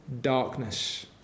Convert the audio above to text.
darkness